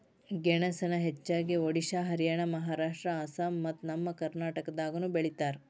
ಗೆಣಸನ ಹೆಚ್ಚಾಗಿ ಒಡಿಶಾ ಹರಿಯಾಣ ಮಹಾರಾಷ್ಟ್ರ ಅಸ್ಸಾಂ ಮತ್ತ ನಮ್ಮ ಕರ್ನಾಟಕದಾಗನು ಬೆಳಿತಾರ